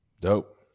Dope